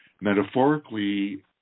Metaphorically